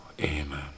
Amen